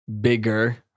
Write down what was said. bigger